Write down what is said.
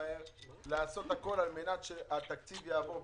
לעשות הכול על מנת שהתקציב יעבור,